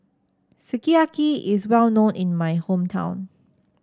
sukiyaki is well known in my hometown